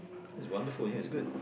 that's wonderful ya it's good